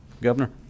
Governor